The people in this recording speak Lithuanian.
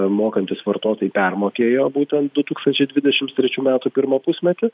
mokantys vartotojai permokėjo būtent du tūkstančiai dvidešimts trečių metų pirmą pusmetį